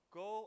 go